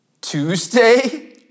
Tuesday